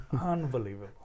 Unbelievable